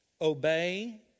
obey